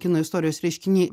kino istorijos reiškiniai